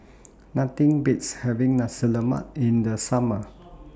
Nothing Beats having Nasi Lemak in The Summer